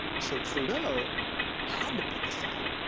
so trudeau had to pick a side.